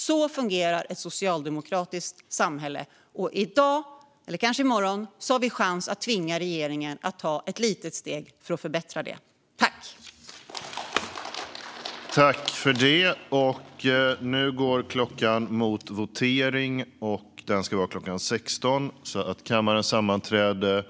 Så fungerar ett socialdemokratiskt samhälle. I dag, eller i morgon, har vi en chans att tvinga regeringen att ta ett litet steg för att förbättra samhället.